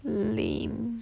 lame